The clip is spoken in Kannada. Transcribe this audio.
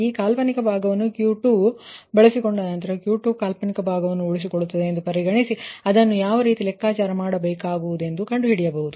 ಆ ಇಮ್ಯಾಜಿನರಿ ಭಾಗವನ್ನು Q2 ಬಳಸಿ ಪಡೆದುಕೊಂಡ ಅದು Q2 ಕಾಲ್ಪನಿಕ ಭಾಗವನ್ನು ಉಳಿಸಿಕೊಳ್ಳುತ್ತದೆ ಎಂದು ಪರಿಗಣಿಸಿ ಆದರೆ ಇದನ್ನು ಯಾವ ರೀತಿ ಲೆಕ್ಕಾಚಾರ ಮಾಡಬಹುದೆಂದು ಕಂಡುಹಿಡಿಯಬೇಕಾಗುವುದು